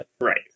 Right